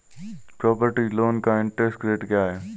Property loan का interest rate क्या है?